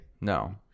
No